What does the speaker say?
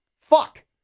Fuck